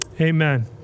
Amen